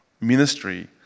ministry